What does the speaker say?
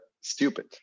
stupid